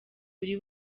buri